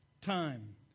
time